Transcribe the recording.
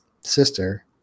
sister